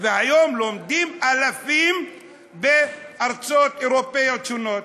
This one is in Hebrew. והיום לומדים אלפים בארצות אירופיות שונות.